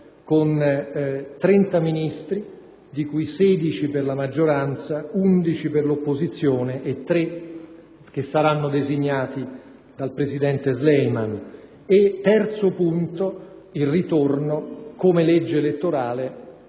da 30 Ministri, di cui 16 per la maggioranza, 11 per l'opposizione e 3 che saranno designati dal presidente Suleiman; infine, terzo punto, il ritornodella legge elettorale